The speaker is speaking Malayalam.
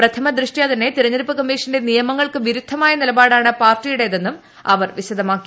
പ്രഥമദൃഷ്ട്യാ തന്നെ തിരഞ്ഞെടുപ്പ് കമ്മീഷന്റെ നിയമങ്ങൾക്കു വിരുദ്ധമായ നിലപാടാണ് പാർട്ടിയുടേതെന്നും അവർ വിശദമാക്കി